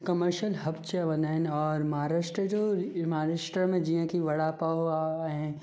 commercial hub चवंदा आहिनि और महाराष्ट्र जो महाराष्ट्र में जीअं की वड़ा पाव आहे ऐं